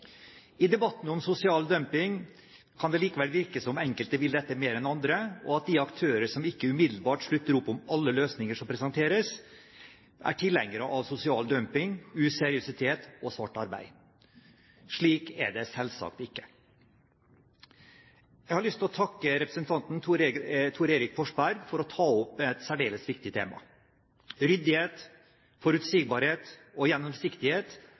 I debatten om sosial dumping kan det likevel virke som om enkelte vil dette mer enn andre, og at de aktører som ikke umiddelbart slutter opp om alle løsninger som presenteres, er tilhengere av sosial dumping, useriøsitet og svart arbeid. Slik er det selvsagt ikke. Jeg har lyst til å takke representanten Thor Erik Forsberg for å ta opp et særdeles viktig tema. Ryddighet, forutsigbarhet og gjennomsiktighet